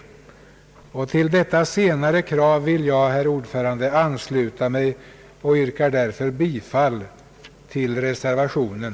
Till detta senare krav vill jag, herr talman, ansluta mig. Jag yrkar därför bifall till reservationen.